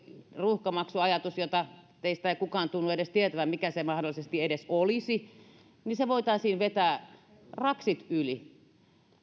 ruuhkamaksuajatuksesen teistä ei kukaan tunnu edes tietävän mikä se mahdollisesti edes olisi voitaisiin vetää raksit yli